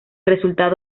resultado